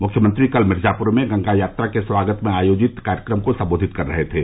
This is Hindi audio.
मुख्यमंत्री कल मिर्जापूर में गंगा यात्रा के स्वागत में आयोजित कार्यक्रम को संबोधित कर रहे थे